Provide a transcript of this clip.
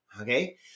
Okay